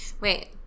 Wait